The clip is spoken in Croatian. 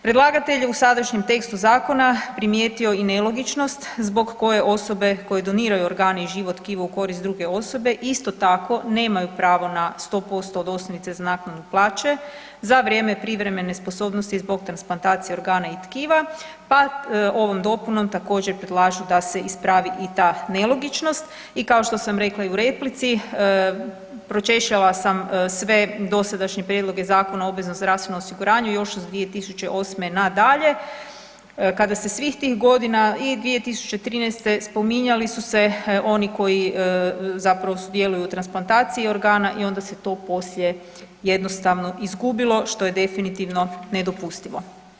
Predlagatelj je u sadašnjem tekstu zakona primijetio i nelogičnost zbog koje osobe koje doniraju organe i živo tkivo u korist druge osobe, isto tako nemaju pravo na 100% od osnovice za naknadu plaće za vrijeme privremene nesposobnosti zbog transplantacije organa i tkiva pa ovom dopunom također predlaže da se ispravi i ta nelogičnost i kao što sam rekla i u replici, pročešljala sam sve dosadašnje prijedloge Zakona o obveznom zdravstvenom osiguranju još iz 2008. nadalje, kada se svih tih godina i 2013. spominjali su se oni koji zapravo sudjeluju u transplantaciji organa i onda se to poslije jednostavno izgubili, što je definitivno nedopustivo.